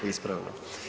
Ispravno.